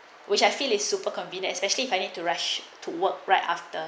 which I feel is super convenient especially if I need to rush to work right after